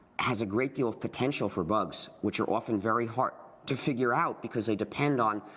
has a great deal of potential for bugs, which are often very hard to figure out because they depend on.